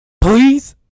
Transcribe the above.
Please